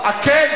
את כן?